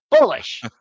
Bullish